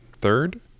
third